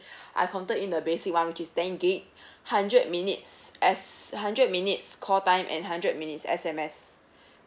I counted in the basic [one] which is ten gig hundred minutes S hundred minutes call time and hundred minutes S_M_S